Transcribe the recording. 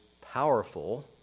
powerful